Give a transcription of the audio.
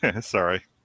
Sorry